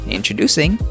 Introducing